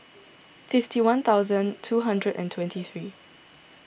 fifty one thousand two hundred and twenty three